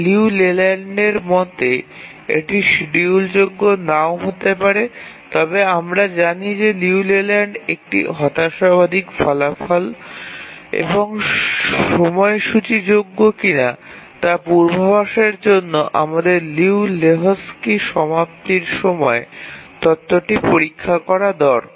Liu লেল্যান্ডের মতে এটি শিডিউলযোগ্য নাও হতে পারে তবে আমরা জানি যে লিউ লেল্যান্ড একটি হতাশাবাদী ফলাফল এবং সময়সূচীযোগ্য কিনা তা পূর্বাভাসের জন্য আমাদের লিউ এবং লেহোকস্কির সমাপ্তির সময় তত্ত্বটি পরীক্ষা করা দরকার